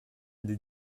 des